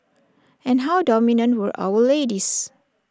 and how dominant were our ladies